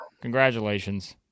congratulations